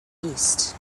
east